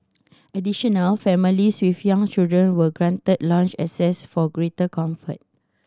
additional families with young children were granted lounge access for greater comfort